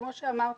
כמו שאמרתי,